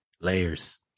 layers